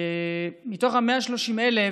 מתוך 130,000